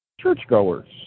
churchgoers